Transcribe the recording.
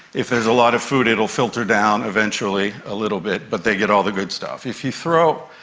if there is a lot of food it will filter down eventually a little bit, but they get all the good stuff. if you throw.